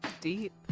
Deep